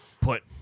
put